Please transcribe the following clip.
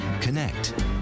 Connect